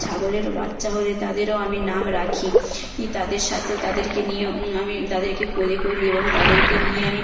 ছাগলেরও বাচ্চা হলে তাদেরও আমি নাম রাখি ই তাদের সাথেও তাদেরকে নিয়েও আমি তাদেরকে কোলে করি এবং তাদেরকে নিয়ে আমি